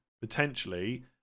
potentially